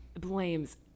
blames